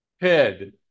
head